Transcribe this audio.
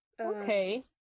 Okay